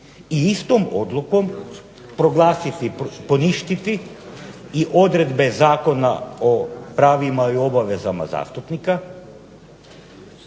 i istom odlukom proglasiti, poništiti i odredbe Zakona o pravima i obavezama zastupnika,